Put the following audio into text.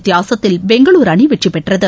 வித்தியாசத்தில் பெங்களூரு அணி வெற்றி பெற்றது